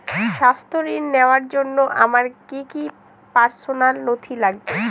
স্বাস্থ্য ঋণ নেওয়ার জন্য আমার কি কি পার্সোনাল নথি লাগবে?